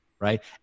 right